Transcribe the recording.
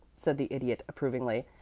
said the idiot, approvingly.